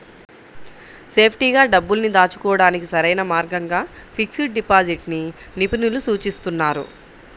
సేఫ్టీగా డబ్బుల్ని దాచుకోడానికి సరైన మార్గంగా ఫిక్స్డ్ డిపాజిట్ ని నిపుణులు సూచిస్తున్నారు